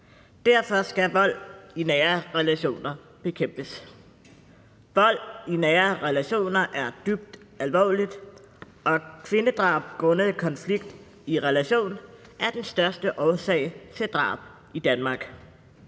Derfor skal vold i nære relationer bekæmpes. Vold i nære relationer er dybt alvorlig, og kvindedrab grundet en konflikt i en relation udgør det største antal drab i Danmark